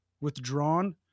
withdrawn